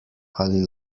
ali